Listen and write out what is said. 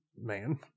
man